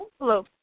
Hello